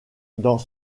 dans